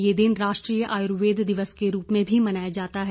ये दिन राष्ट्रीय आयुर्वेद दिवस के रूप में भी मनाया जाता है